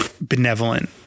benevolent